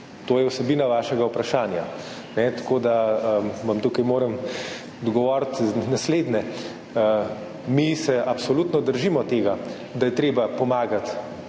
To je vsebina vašega vprašanja. Tako da vam moram tukaj odgovoriti naslednje. Mi se absolutno držimo tega, da je treba pomagati